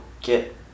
get